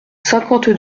cinquante